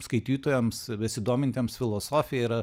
skaitytojams besidomintiems filosofija yra